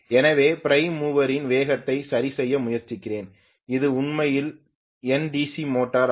எனவே பிரைம் மூவரின் வேகத்தை சரிசெய்ய முயற்சிக்கிறேன் இது உண்மையில் என் டிசி மோட்டார் ஆகும்